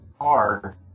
hard